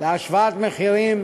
להשוואת מחירים